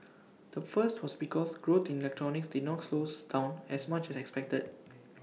the first was because growth in electronics did not slow down as much as expected